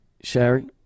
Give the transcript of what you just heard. sherry